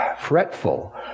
fretful